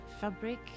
fabric